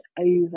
over